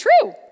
true